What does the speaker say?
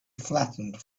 flattened